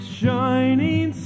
shining